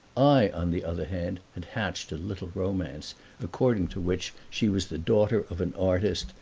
i on the other hand had hatched a little romance according to which she was the daughter of an artist,